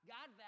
God